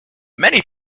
many